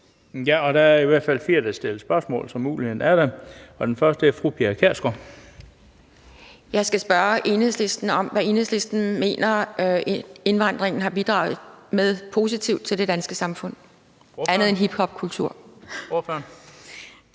der er i hvert fald fire, der vil stille spørgsmål, så muligheden er der. Den første er fru Pia Kjærsgaard. Kl. 12:36 Pia Kjærsgaard (DF): Jeg skal spørge Enhedslisten om, hvad Enhedslisten mener indvandringen har bidraget positivt med til det danske samfund andet end hiphopkultur.